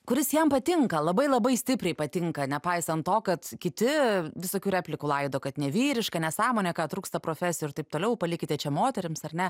kuris jam patinka labai labai stipriai patinka nepaisant to kad kiti visokių replikų laido kad nevyriška nesąmonė ką trūksta profesijų ir taip toliau palikite čia moterims ar ne